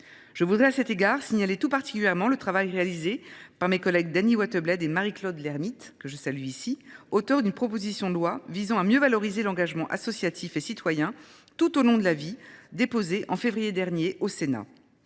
Je voudrais, à cet égard, signaler tout particulièrement le travail réalisé par mes collègues Dany Wattebled et Marie Claude Lermytte, auteurs d’une proposition de loi visant à mieux valoriser l’engagement associatif et citoyen tout au long de la vie, déposée en février dernier au Sénat.